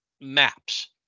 maps